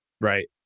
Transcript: Right